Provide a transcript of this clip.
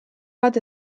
bat